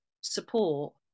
support